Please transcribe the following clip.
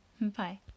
Bye